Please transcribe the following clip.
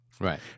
Right